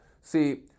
See